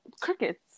Crickets